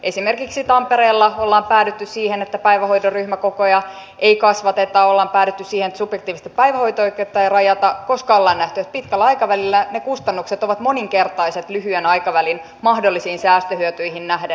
esimerkiksi tampereella ollaan päädytty siihen että päivähoidon ryhmäkokoja ei kasvateta ollaan päädytty siihen että subjektiivista päivähoito oikeutta ei rajata koska ollaan nähty että pitkällä aikavälillä ne kustannukset ovat moninkertaiset lyhyen aikavälin mahdollisiin säästöhyötyihin nähden